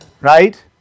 right